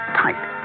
tight